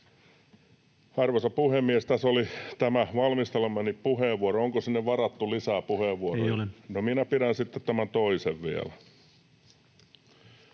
Arvoisa puhemies! Tässä oli tämä valmistelemani puheenvuoro. Onko sinne varattu lisää puheenvuoroja? No, minä pidän sitten tämän toisen vielä.